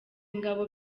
ngabo